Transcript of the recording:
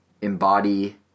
embody